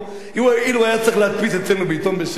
אילו הוא היה צריך להדפיס אצלנו, בעיתון "בשבע",